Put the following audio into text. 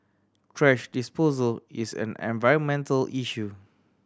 thrash disposal is an environmental issue